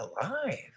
alive